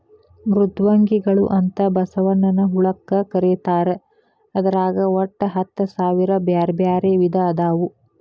ಮೃದ್ವಂಗಿಗಳು ಅಂತ ಬಸವನ ಹುಳಕ್ಕ ಕರೇತಾರ ಅದ್ರಾಗ ಒಟ್ಟ ಹತ್ತಸಾವಿರ ಬ್ಯಾರ್ಬ್ಯಾರೇ ವಿಧ ಅದಾವು